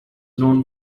known